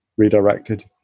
redirected